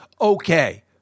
okay